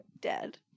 Dead